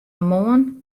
moarn